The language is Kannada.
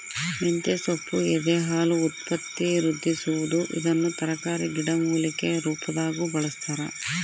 ಮಂತೆಸೊಪ್ಪು ಎದೆಹಾಲು ಉತ್ಪತ್ತಿವೃದ್ಧಿಸುವದು ಇದನ್ನು ತರಕಾರಿ ಗಿಡಮೂಲಿಕೆ ರುಪಾದಾಗೂ ಬಳಸ್ತಾರ